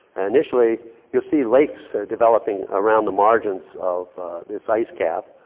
initially you'll see lakes developing around the margins of this ice cap.